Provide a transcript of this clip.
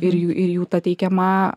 ir jų ir jų tą teikiama